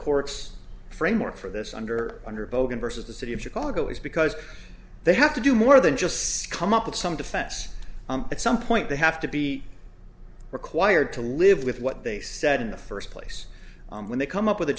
court's framework for this under under bogan versus the city of chicago is because they have to do more than just scum up with some defense at some point they have to be required to live with what they said in the first place when they come up with a